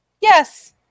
Yes